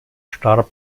starb